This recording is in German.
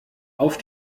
auf